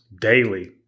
daily